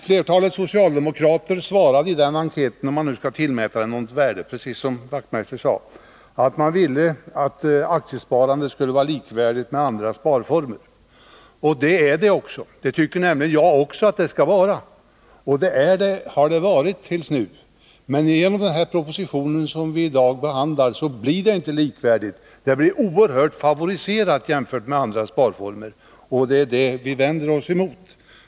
Om man nu skall tillmäta enkäten något värde är att säga att flertalet socialdemokrater svarade — precis som Knut Wachtmeister sade — att de ville att aktiesparandet skulle vara likvärdigt med andra sparformer. Det tycker även jag att det skall vara, och det har det också varit tills nu. Men i den proposition som vi i dag behandlar blir det inte likvärdigt utan favoriseras oerhört mycket jämfört med vad som är fallet med andra sparformer. Det är detta som vi vänder oss emot.